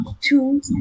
two